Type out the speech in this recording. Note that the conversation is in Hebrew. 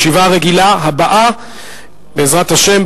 הישיבה הרגילה הבאה, בעזרת השם,